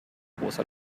rosa